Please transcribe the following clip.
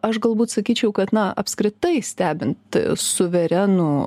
aš galbūt sakyčiau kad na apskritai stebint suverenų